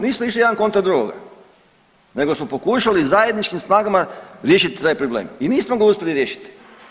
Nismo išli jedan kontra drugoga, nego smo pokušali zajedničkim snagama riješiti taj problem i nismo ga uspjeli riješiti.